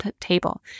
table